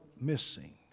missing